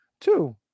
two